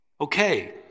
Okay